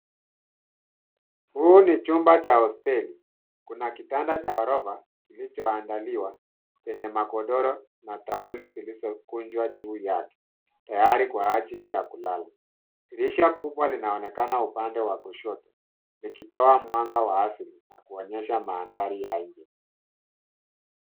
Huu ni chumba cha hosteli. Kuna kitanda cha ghorofa, kilichoandaliwa chenye magodoro na tauli zilizokunjwa juu yake tayari kwa ajili ya kulala. Dirisha kubwa linaonekana upande wa kushoto likitoa mwanga wa asili na kuonyesha mandhari ya nje.